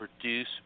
produce